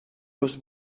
was